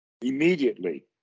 immediately